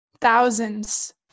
Thousands